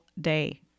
day